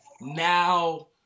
Now